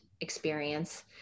experience